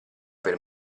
per